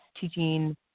teaching